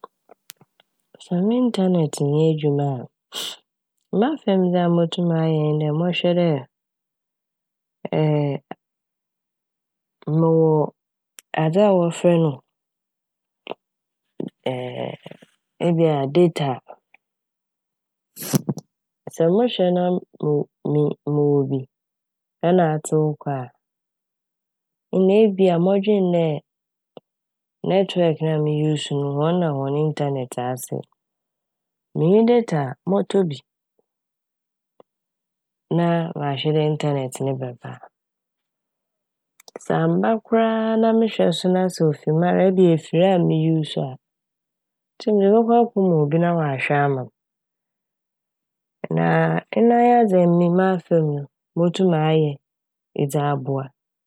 Sɛ me "internet" nnyɛ edwuma a mafa m' dze a motum ayɛ nye dɛ mɔhwɛ dɛ mowɔ adze a wɔfrɛ no ebi a "data" a sɛ mohwɛ na mo-min-mowɔ bi nna atsew kɔ a ɔno ebi a mɔdwen dɛ "network" a mo"use" no hɔn na hɔn "internet" asɛe. Minnyi "data" a mɔtɔ bi na mahwɛ dɛ "internet" no bɛba a. Sɛ ammba koraa a na mehwɛ so na ofi mara ebi a efir a me"use" a nkyɛ mede bɔkɔ akɛma obi na ɔahwɛ ama m'. Na a ɛno nye adze a emi mafa m' no motum ayɛ edze aboa.